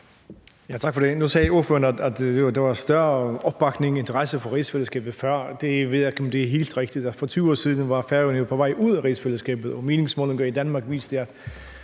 Tak for det. Nu sagde ordføreren, at der var større opbakning til og interesse for rigsfællesskabet før. Det ved jeg ikke om er helt rigtigt. For 20 år siden var Færøerne jo på vej ud af rigsfællesskabet, og meningsmålinger i Danmark viste,